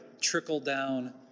trickle-down